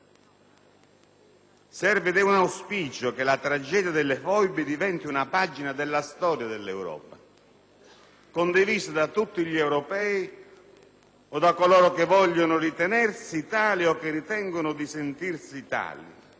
Serve - ed è un auspicio - che la tragedia delle foibe diventi una pagina della storia dell'Europa, condivisa da tutti gli europei o da coloro che vogliono ritenersi tali o che ritengono di sentirsi tali.